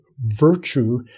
virtue